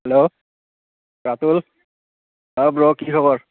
hello Ratul oh' bro কি খবৰ